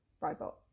robot